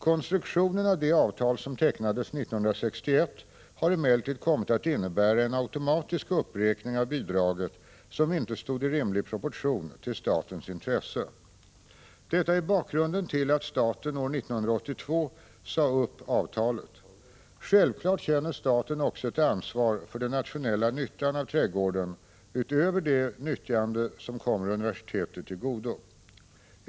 Konstruktionen av det avtal som tecknades 1961 har emellertid kommit att innebära en automatisk uppräkning av bidraget som inte stod i rimlig proportion till statens intresse. Detta är bakgrunden till att staten år 1982 sade upp avtalet. Självfallet känner staten också ett ansvar för den nationella nyttan av trädgården utöver det nyttjande som kommer universitetet till godo.